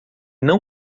não